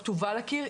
לא כתובה על הקיר,